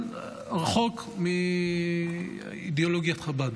אבל רחוק מאידיאולוגיית חב"ד,